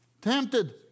tempted